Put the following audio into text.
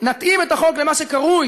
נתאים את החוק למה שקרוי,